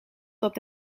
dat